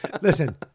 Listen